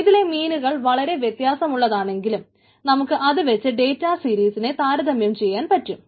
ഇതിലെ മീനുകൾ വളരെ വ്യത്യാസമുള്ളതാണെങ്കിലും നമുക്ക് അത് വെച്ച് ഡേറ്റാ സീരീസിനെ താരതമ്യം ചെയ്യാൻ പറ്റും